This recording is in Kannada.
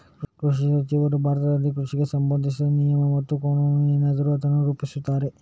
ಕೃಷಿ ಸಚಿವರು ಭಾರತದಲ್ಲಿ ಕೃಷಿಗೆ ಸಂಬಂಧಿಸಿದ ನಿಯಮ ಮತ್ತೆ ಕಾನೂನು ಏನಿದೆ ಅದನ್ನ ರೂಪಿಸ್ತಾರೆ